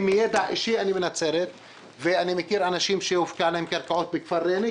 מידע אישי אני מנצרת ואני מכיר אנשים שהופקעו להם קרקעות בכפר ראמה,